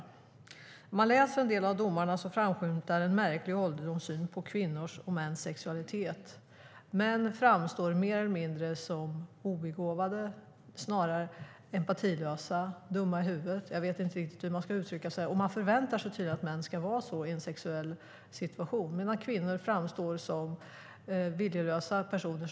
Om man läser en del av domarna framskymtar en märklig och ålderdomlig syn på kvinnors och mäns sexualitet. Män framstår som mer eller mindre obegåvade, snarast empatilösa och dumma i huvudet. Jag vet inte riktigt hur man ska uttrycka sig. Det förväntas tydligen att män ska vara så i en sexuell situation, medan kvinnor framstår som viljelösa personer.